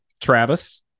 Travis